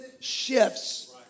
shifts